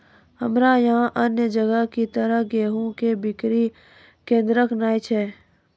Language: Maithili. हमरा यहाँ अन्य जगह की तरह गेहूँ के बिक्री केन्द्रऽक नैय छैय?